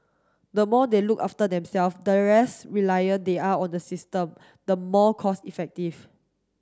the more they look after themself the less reliant they are on the system the more cost effective